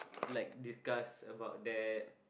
like discuss about that